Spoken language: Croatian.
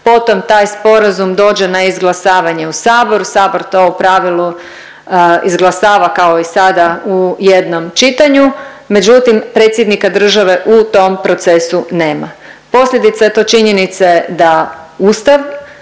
potom taj sporazum dođe na izglasavanje u Sabor, Sabor to u pravilu izglasava kao i sada u jednom čitanju, međutim predsjednika države u tom procesu nema. Posljedica je to činjenice da Ustav